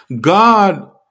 God